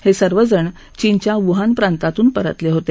हे सर्व जण चीनच्या वुहान प्रातातून परतले होते